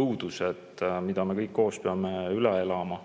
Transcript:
õudused, mida me kõik koos peame üle elama,